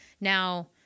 Now